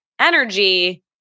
energy